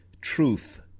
truth